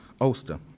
Ulster